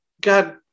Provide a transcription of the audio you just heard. God